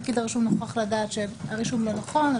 אם פקיד הרישום נוכח לדעת שהרישום לא נכון או